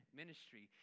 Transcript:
ministry